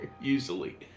usually